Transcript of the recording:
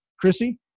Chrissy